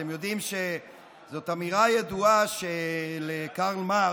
אתם יודעים שזאת אמירה ידועה של קרל מרקס,